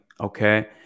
okay